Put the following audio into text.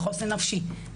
לחוסן נפשי,